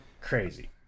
Crazy